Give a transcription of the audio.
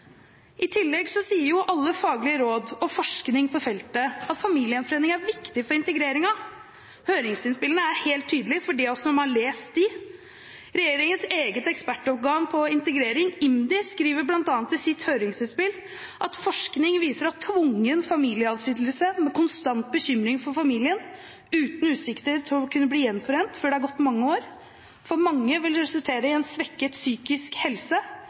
I tillegg sier alle faglige råd og forskning på feltet at familiegjenforening er viktig for integreringen. Høringsinnspillene er helt tydelige for dem av oss som har lest dem. Regjeringens eget ekspertorgan på integrering, IMDi, skriver bl.a. i sitt høringsinnspill at forskning viser at tvungen familieadskillelse med konstant bekymring for familien, uten utsikter til å kunne bli gjenforent før det er gått mange år, for mange vil kunne resultere i svekket psykisk helse,